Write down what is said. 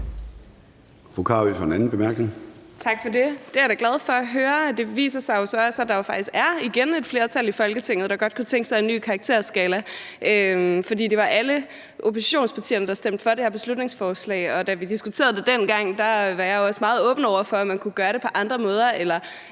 Det er jeg da glad for at høre. Det viser sig jo så også, at der faktisk igen er et flertal i Folketinget, der godt kunne tænke sig en ny karakterskala, for det var alle oppositionspartierne, der stemte for det her beslutningsforslag, og da vi diskuterede det dengang, var jeg også meget åben over for, at man kunne gøre det på andre måder